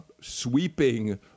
sweeping